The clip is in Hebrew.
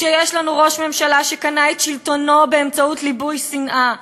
כשיש לנו ראש ממשלה שקנה את שלטונו באמצעות ליבוי שנאה,